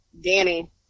Danny